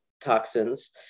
toxins